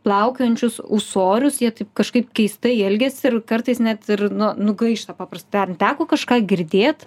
plaukiojančius ūsorius jie taip kažkaip keistai elgiasi ir kartais net ir nu nugaišta papras ar teko kažką girdėt